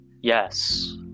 Yes